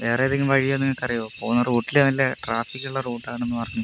വേറെ എന്തെങ്കിലും വഴി നിങ്ങൾക്കറിയുമോ പോകുന്ന റൂട്ടില് നല്ല ട്രാഫിക്കുള്ള റൂട്ടാണെന്ന് പറഞ്ഞു